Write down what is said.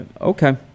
okay